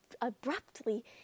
abruptly